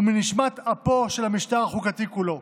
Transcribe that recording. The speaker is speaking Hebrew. הוא מנשמת אפו של המשטר החוקתי שלנו כולו".